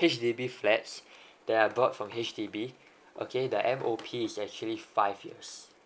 H_D_B flats that are bought from H_D_B okay the M_O_P is actually five years